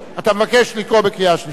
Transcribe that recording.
אתה מבקש לקרוא בקריאה שלישית.